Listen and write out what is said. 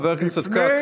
חבר הכנסת כץ.